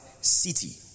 City